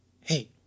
Hey